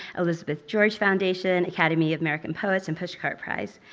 elizabeth george foundation, academy of american poets, and pushcart prize.